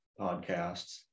podcasts